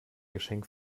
geschenk